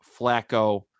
Flacco